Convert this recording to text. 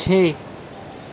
چھ